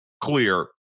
clear